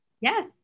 Yes